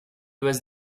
was